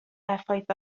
effaith